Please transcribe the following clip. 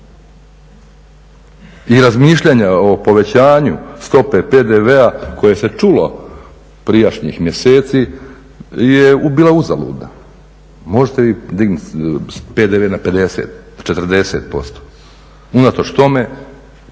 I razmišljanja o povećanju stope PDV-a koje se čulo prijašnjih mjeseci je bilo uzaludno. Možete vi dignuti PDV na 50%, na 40%,